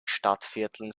stadtvierteln